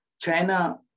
China